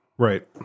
Right